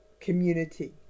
community